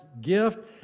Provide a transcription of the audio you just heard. gift